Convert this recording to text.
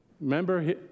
Remember